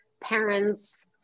parents